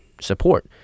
support